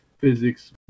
physics